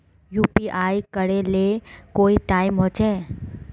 UPI करे ले कोई टाइम होचे?